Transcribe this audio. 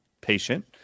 patient